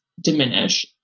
diminish